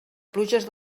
pluges